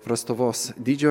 prastovos dydžio